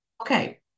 Okay